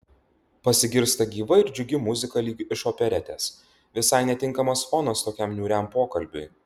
pasigirsta gyva ir džiugi muzika lyg iš operetės visai netinkamas fonas tokiam niūriam pokalbiui